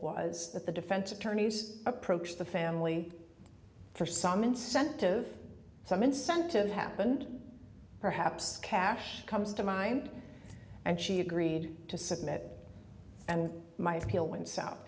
was that the defense attorneys approached the family for some incentive some incentive happened perhaps cash comes to mind and she agreed to submit and my skill went south